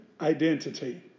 identity